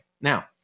Now